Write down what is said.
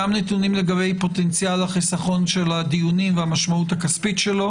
גם לגבי פוטנציאל החיסכון של הדיונים והמשמעות הכספית שלו